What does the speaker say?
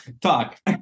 talk